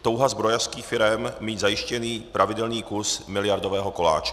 Touha zbrojařských firem mít zajištěný pravidelný kus miliardového koláče.